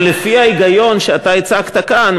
ולפי ההיגיון שאתה הצגת כאן,